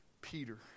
Peter